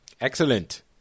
Excellent